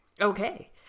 Okay